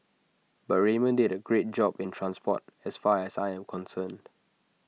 but Raymond did A great job in transport as far as I am concerned